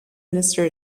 minister